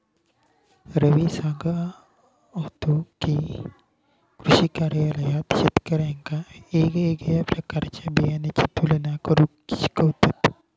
रवी सांगा होतो की, कृषी कार्यालयात शेतकऱ्यांका येगयेगळ्या प्रकारच्या बियाणांची तुलना करुक शिकवतत